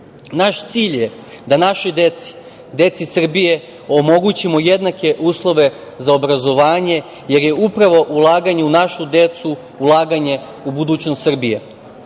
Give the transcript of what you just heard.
cilj je da našoj deci, deci Srbije, omogućimo jednake uslove za obrazovanje, jer je upravo ulaganje u našu decu- ulaganje u budućnost Srbije.